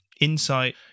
insight